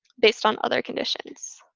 based on other conditions.